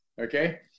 Okay